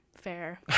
fair